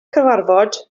cyfarfod